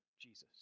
Jesus